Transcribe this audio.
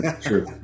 True